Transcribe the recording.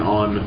on